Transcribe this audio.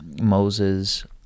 Moses